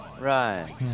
Right